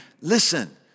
listen